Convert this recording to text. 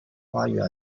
花园